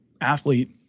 athlete